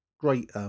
Great